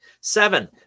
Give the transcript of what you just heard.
Seven